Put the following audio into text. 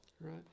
right